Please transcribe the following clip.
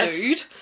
dude